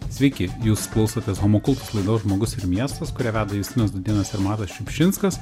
sveiki jūs klausotės homo kultus laidos žmogus ir miestas kurią veda justinas dūdėnas ir matas šiupšinskas